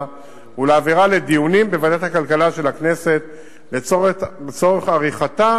לדעת כל גורמי המקצוע ועל-פי ההערכות,